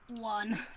One